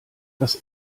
das